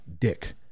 dick